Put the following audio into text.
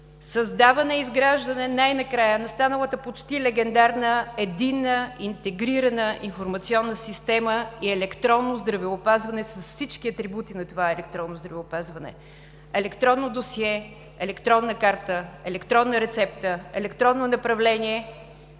Създаване и изграждане най-накрая на станалата почти легендарна, на първо място, единна, интегрирана информационна система и електронно здравеопазване с всички атрибути на това електронно здравеопазване – електронно досие, електронна карта, електронна рецепта, електронно направление